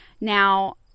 Now